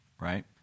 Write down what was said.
right